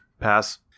Pass